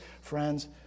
friends